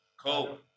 Cool